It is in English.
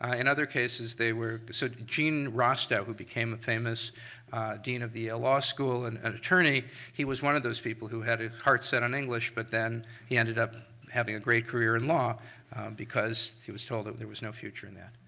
ah in other cases, they were, so gene rostow, who became a famous dean of the yale law school and and attorney, he was one of those people who had his heart set on english, but then he ended up having a great career in law because he was told that there was no future in that.